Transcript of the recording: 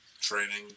training